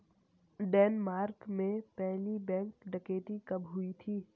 Denmark में पहली bank डकैती कब हुई थी?